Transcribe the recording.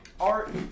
art